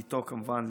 איתו כמובן,